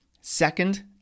second